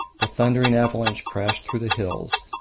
the thundering avalanche crashed through the hills.